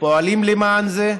פועלים למען זה,